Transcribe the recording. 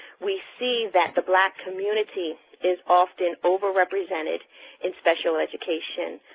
we see that the black community is often over-represented in special education,